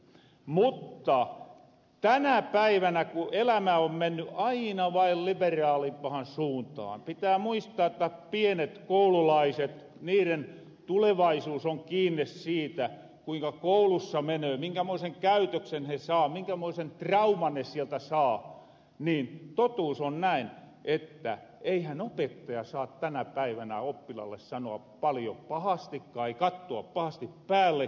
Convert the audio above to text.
mutta tänä päivänä ku elämä on menny aina vain libeeralimpahan suuntaan pitää muistaa että pienten koululaisten tulevaisuus on kiinne siitä kuinka koulussa menöö minkämoisen käytöksen he saa minkämoisen trauman ne sieltä saa niin totuus on näin että eihän opettaja saa tänä päivänä oppilaalle sanoa paljo pahasti tai kattoa pahasti päällekään